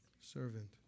servant